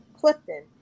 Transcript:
Clifton